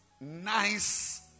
nice